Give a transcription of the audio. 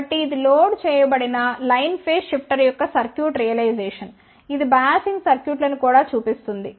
కాబట్టి ఇది లోడ్ చేయబడిన లైన్ ఫేజ్ షిఫ్టర్ యొక్క సర్క్యూట్ రియలైజేషన్ ఇది బయాసింగ్ సర్క్యూట్ లను కూడా చూపిస్తుంది